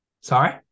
Sorry